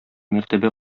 мәртәбә